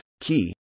key